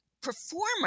performer